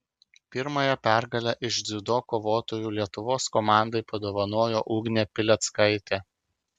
pirmąją pergalę iš dziudo kovotojų lietuvos komandai padovanojo ugnė pileckaitė